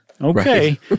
Okay